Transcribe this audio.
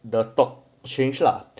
the top change lah